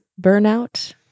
burnout